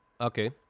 Okay